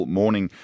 morning